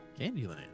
Candyland